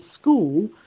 school